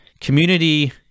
community